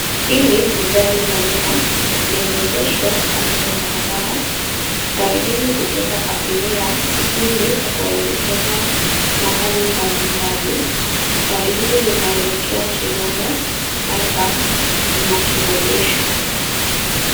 Hili ni gari la umma. Limeegeshwa kando ya barabara. Gari hili hubeba abiria ili kuwaelekeza mahali mbalimbali. Gari hili linaelekea Chiromo, Freinba na Kileleshwa.